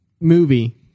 movie